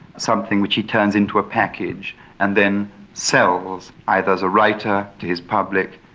something which he turns into a package and then sells, either as a writer to his public,